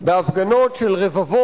אדוני היושב-ראש,